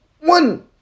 one